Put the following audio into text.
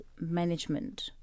management